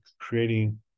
creating